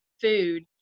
food